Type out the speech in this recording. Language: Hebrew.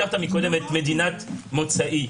הזכרת מקודם את מדינת מוצאי.